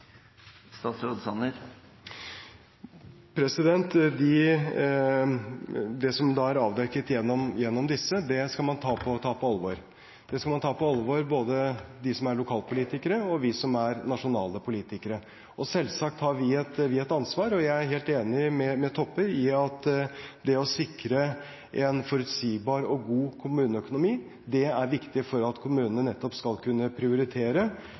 Det som er avdekket gjennom denne, skal man ta på alvor. Det skal man ta på alvor – både de som er lokalpolitikere, og vi som er nasjonale politikere. Selvsagt har vi et ansvar. Jeg er helt enig med Toppe i at det å sikre en forutsigbar og god kommuneøkonomi er viktig nettopp for at kommunene skal kunne prioritere